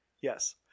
Yes